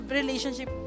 relationship